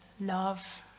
love